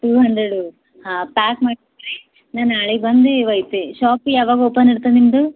to hundred ಹಾಂ pack ಮಾಡಿರಿ ನಾನು ನಾಳೆಗೆ ಬಂದು ಹೋಗ್ತೆ ಶಾಪ್ ಯಾವಾಗ ಓಪನ್ ಇರುತ್ತೆ ನಿಮ್ಮದು